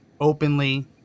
openly